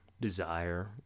desire